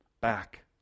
back